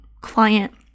client